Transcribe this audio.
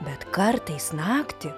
bet kartais naktį